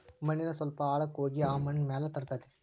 ಮಣ್ಣಿನ ಸ್ವಲ್ಪ ಆಳಕ್ಕ ಹೋಗಿ ಆ ಮಣ್ಣ ಮ್ಯಾಲ ತರತತಿ